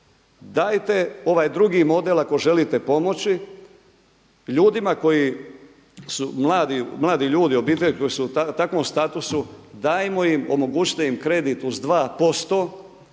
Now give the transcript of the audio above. dajte ovaj drugi model ako želite pomoći ljudima koji su mladi ljudi, obitelji koje su u takvom statusu dajmo im, omogućite im kredit uz 2%,